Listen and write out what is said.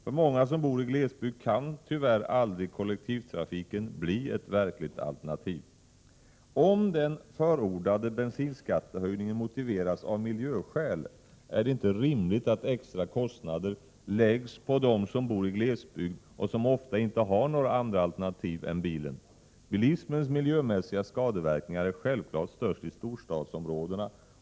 För många som bor i glesbygd kan tyvärr kollektivtrafiken aldrig bli ett verkligt alternativ. Om den förordade bensinskattehöjningen motiveras av miljöskäl, är det inte rimligt att extra kostnader läggs på dem som bor i glesbygd och som ofta inte har några andra alternativ än bilen. Bilismens miljömässiga skadeverk ningar är självfallet störst i storstadsområdena.